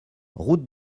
route